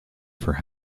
for